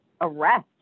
arrest